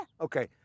Okay